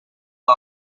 the